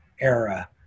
era